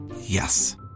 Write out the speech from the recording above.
Yes